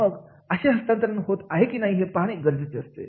मग येथे अशी हस्तांतरण होत आहे की नाही हे पाहणे गरजेचे असते